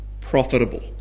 profitable